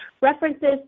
references